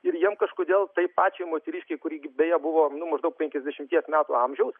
ir jiem kažkodėl tai pačiai moteriškei kuri beje buvo nu maždaug penkiasdešimties metų amžiaus